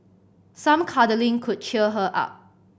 some cuddling could cheer her up